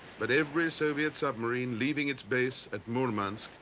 but every soviet submarine leaving its base at murmansk,